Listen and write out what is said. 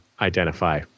identify